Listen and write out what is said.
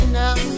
now